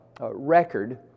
record